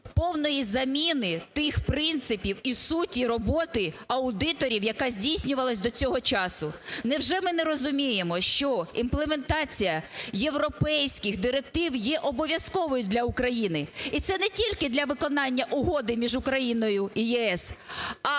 повної заміни тих принципів і суті роботи аудиторів, яка здійснювалась до цього часу. Невже ми не розуміємо, що імплементація європейських директив є обов'язковою для України і це не тільки для виконання Угоди між Україною і ЄС,